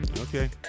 Okay